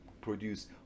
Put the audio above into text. produce